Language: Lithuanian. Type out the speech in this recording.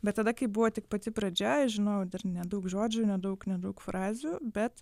bet tada kai buvo tik pati pradžia žinojau nedaug žodžių nedaug nedaug frazių bet